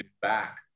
back